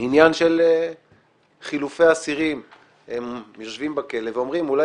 העניין של חילופי אסירים - הם יושבים בכלא ואומרים: אולי